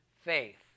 faith